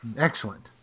excellent